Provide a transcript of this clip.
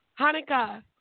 Hanukkah